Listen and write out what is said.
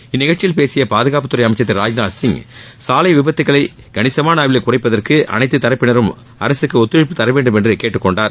இந்நிகழ்ச்சியில் பேசிய பாதுகாப்புத் துறை அமைச்சர் திரு ராஜ்நாத் சிங் சாலை விபத்துக்களை கணிசமான அளவில் குறைப்பதற்கு அனைத்து தரப்பினரும் அரசுக்கு ஒத்துழைப்பு தர வேண்டும் என்று கேட்டுக்கொண்டார்